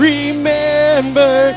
Remember